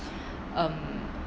um